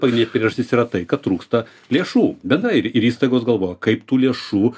pagrindinė priežastis yra tai kad trūksta lėšų bendrai ir įstaigos galvoja kaip tų lėšų